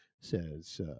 says